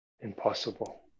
impossible